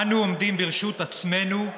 אנו עומדים ברשות עצמנו,